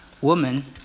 Woman